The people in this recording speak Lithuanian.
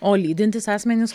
o lydintys asmenys